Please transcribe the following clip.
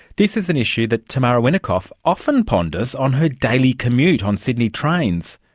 this is an issue that tamara winikoff often ponders on her daily commute on sydney trains.